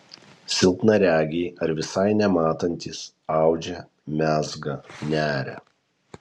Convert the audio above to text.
silpnaregiai ar visai nematantys audžia mezga neria